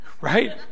right